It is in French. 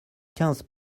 quinze